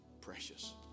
precious